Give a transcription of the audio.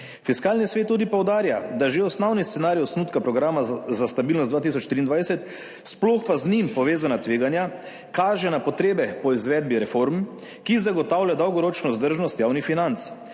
Fiskalni svet tudi poudarja, da že osnovni scenarij osnutka programa za stabilnost 2023, sploh pa z njim povezana tveganja, kaže na potrebe po izvedbi reform, ki zagotavlja dolgoročno vzdržnost javnih financ.